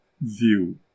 view